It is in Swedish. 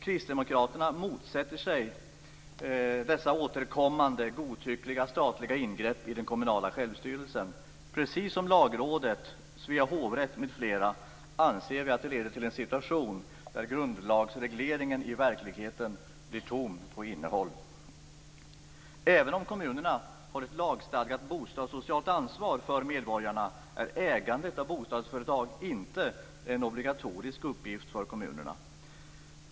Kristdemokraterna motsätter sig dessa återkommande godtyckliga statliga ingrepp i den kommunala självstyrelsen. Precis som Lagrådet, Svea hovrätt m.fl. anser vi att de leder till en situation där grundlagsregleringen i verkligheten blir tom på innehåll. Även om kommunerna har ett lagstadgat bostadssocialt ansvar för medborgarna är ägande av bostadsföretag inte en obligatorisk uppgift för kommuner.